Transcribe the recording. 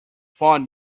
thought